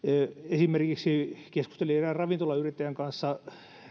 esimerkiksi kun keskustelin erään ravintolayrittäjän kanssa